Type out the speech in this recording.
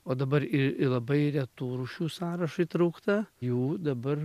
o dabar į į labai retų rūšių sąrašą įtraukta jau dabar